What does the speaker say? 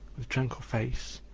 with tranquil face,